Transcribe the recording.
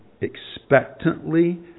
expectantly